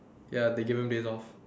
ya they given days off